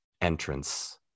entrance